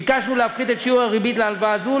ביקשנו להפחית את שיעור הריבית על הלוואה זו,